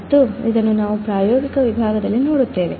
ಮತ್ತು ಇದನ್ನು ನಾವು ಪ್ರಾಯೋಗಿಕ ವಿಭಾಗದಲ್ಲಿ ನೋಡುತ್ತೇವೆ